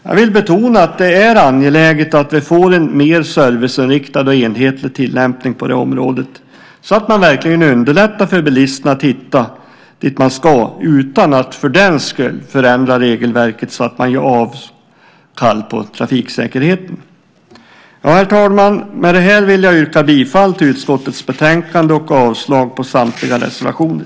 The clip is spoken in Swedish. Jag vill betona att det är angeläget att vi får en mer serviceinriktad och enhetlig tillämpning på det här området, så att man verkligen underlättar för bilisterna att hitta dit de ska utan att för den skull förändra regelverket så att man ger avkall på trafiksäkerheten. Herr talman! Med detta vill jag yrka bifall till förslaget i utskottets betänkande och avslag på samtliga reservationer.